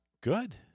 Good